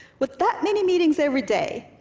with that many meetings every day,